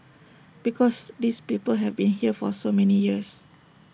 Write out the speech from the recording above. because these people have been here for so many years